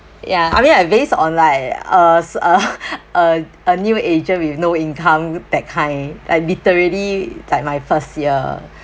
ya I mean I based on like us uh uh a new agent with no income that kind like literally like my first year